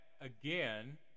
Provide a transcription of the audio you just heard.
again